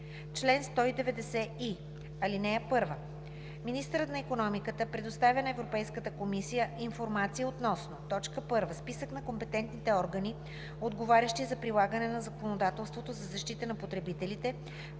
Чл. 190и. (1) Министърът на икономиката предоставя на Европейската комисия информация относно: 1. списъка на компетентните органи, отговарящи за прилагане на законодателството за защита на потребителите,